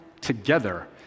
together